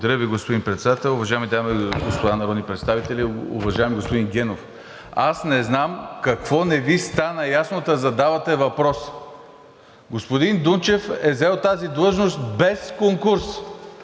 Ви, господин Председател. Уважаеми дами и господа народни представители! Уважаеми господин Генов, не знам какво не Ви стана ясно, та задавате въпрос? Господин Дунчев е заел тази длъжност без конкурс!